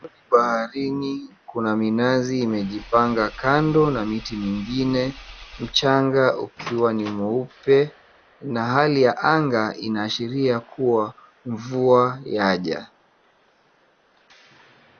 Baharini kuna minazi imejipanga kando na miti mingine mchanga ukiwa ni mweupe na hali ya anga inaashiria kuwa mvua yaja.